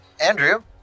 Andrew